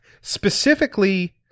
specifically